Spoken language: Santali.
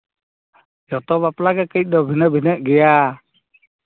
ᱡᱚᱛᱚ ᱵᱟᱯᱞᱟ ᱜᱮ ᱠᱟᱹᱡ ᱫᱚ ᱵᱷᱤᱱᱟᱹ ᱵᱷᱤᱱᱟᱹᱜ ᱜᱮᱭᱟ